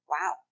Wow